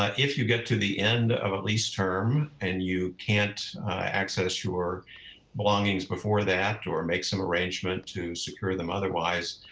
if you get to the end of at lease term and you can't access your belongings before that or make some arrangement to secure them otherwise,